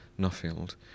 Nuffield